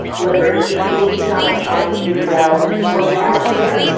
whether it's just looking up and trying to figure out what's out there,